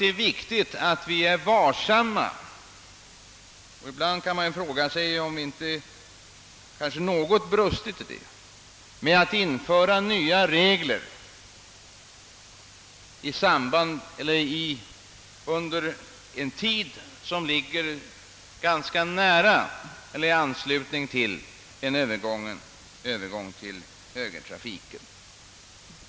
Det är viktigt att vi är varsamma när det gäller att införa nya regler vid en tidpunkt som ligger så nära övergången till högertrafik.